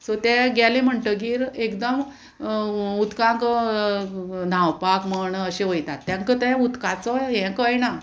so ते गेले म्हणटगीर एकदम उदकांक न्हांवपाक म्हण अशें वयतात तेंका तें उदकाचो हें कयना